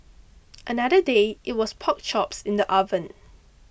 another day it was pork chops in the oven